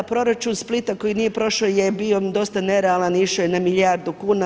Proračun Splita koji nije prošao je bio dosta nerealan, išao je na milijardu kuna.